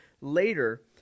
later